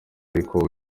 ariko